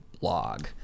blog